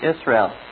Israel